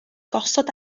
gosod